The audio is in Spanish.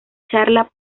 charla